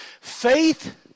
Faith